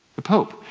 the pope.